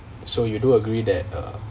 so you do agree that uh